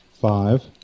Five